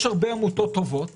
יש הרבה עמותות טובות